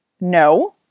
no